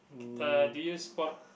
uh do you spot